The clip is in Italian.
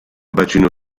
bacino